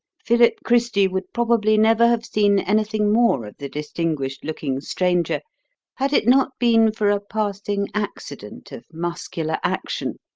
philip christy would probably never have seen anything more of the distinguished-looking stranger had it not been for a passing accident of muscular action,